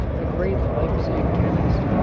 the great leipzig chemist,